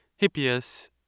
Hippias